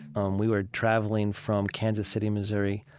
um we were traveling from kansas city, missouri,